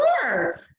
sure